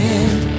end